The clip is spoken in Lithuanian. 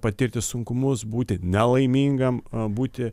patirti sunkumus būti nelaimingam būti